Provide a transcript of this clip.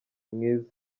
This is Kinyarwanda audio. mwiza